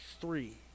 three